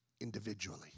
individually